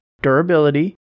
durability